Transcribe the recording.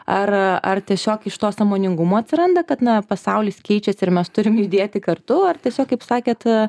ar ar tiesiog iš to sąmoningumo atsiranda kad na pasaulis keičiasi ir mes turim judėti kartu ar tiesiog kaip sakėt